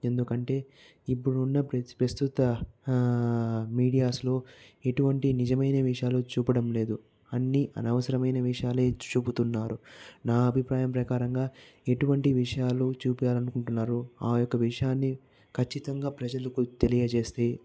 ఎందుకంటే ఇప్పుడున్న ప్రస్ ప్రస్తుత హా మీడియాస్లో ఎటువంటి నిజమైన విషయాలు చూపడం లేదు అన్నీ అనవసరమైన విషయాలు చూపుతున్నారు నా అభిప్రాయం ప్రకారంగా ఎటువంటి విషయాలు చూపించాలనుకుంటున్నారు ఆ యొక్క విషయాన్ని ఖచ్చితంగా ప్రజలకు తెలియచేస్తే